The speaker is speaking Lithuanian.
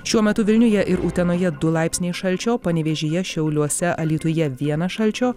šiuo metu vilniuje ir utenoje du laipsniai šalčio panevėžyje šiauliuose alytuje vienas šalčio